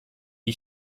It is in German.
die